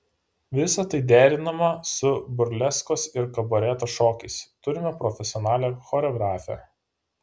visa tai derinama su burleskos ir kabareto šokiais turime profesionalią choreografę